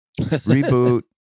reboot